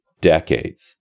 decades